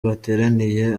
bateraniye